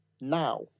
now